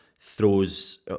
throws